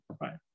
right